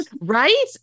Right